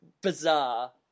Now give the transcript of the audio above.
bizarre